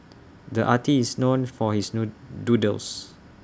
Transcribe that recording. the artist is known for his noon doodles